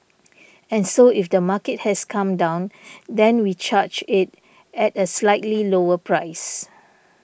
and so if the market has come down then we charge it at a slightly lower price